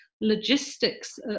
logistics